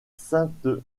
sainte